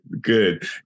good